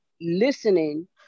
listening